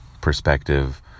perspective